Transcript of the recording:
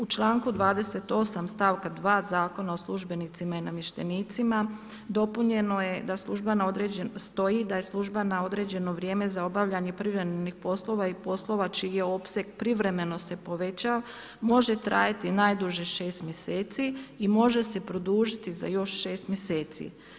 U članku 28. stavka 2. Zakona o službenicima i namještenicima dopunjeno je da, stoji da je služba na određeno vrijeme za obavljanje privremenih poslova i poslova čiji je opseg privremeno se povećao može trajati najduže 6 mjeseci i može se produžiti za još 6 mjeseci.